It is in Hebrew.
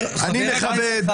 אני מחבב,